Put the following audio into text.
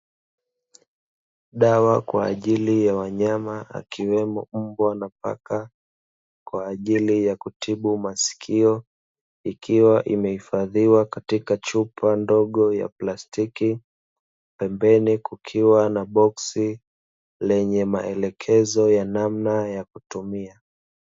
Dawa kwa ajili ya wanyama akiwemo mbwa na paka, kwa ajili ya kutibu masikio. Ikiwa imehifadhiwa katika chupa ndogo ya plastiki, pembeni kukiwa na boksi, lenye maelekezo ya namna ya kutumia.